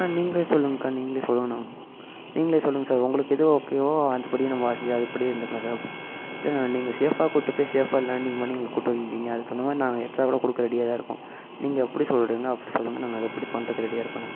ஆ நீங்களே சொல்லுங்கக்கா நீங்களே சொல்லுங்கண்ணா நீங்களே சொல்லுங்க சார் உங்களுக்கு எது ஓகேவோ அதுபடியே நம்ம வசதி அதுபடியே இருந்துடலாம் சார் அப்படி இல்லைண்ணா நீங்கள் ஷேஃபாக கூப்பிட்டுப்போய் ஷேஃபாக லேண்டிங் பண்ணி எங்களை கூப்பிட்டு வந்தீங்க அதுக்கு தகுந்தமாதிரி நாங்கள் எக்ஸ்ட்ரா கூட கொடுக்க ரெடியாகதான் இருக்கோம் நீங்கள் எப்படி சொல்கிறீங்களோ அப்படி சொல்லுங்கள் நாங்கள் அதுபடி பண்ணுறதுக்கு ரெடியாக இருக்கோண்ணா